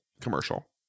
commercial